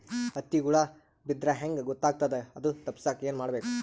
ಹತ್ತಿಗ ಹುಳ ಬಿದ್ದ್ರಾ ಹೆಂಗ್ ಗೊತ್ತಾಗ್ತದ ಅದು ತಪ್ಪಸಕ್ಕ್ ಏನ್ ಮಾಡಬೇಕು?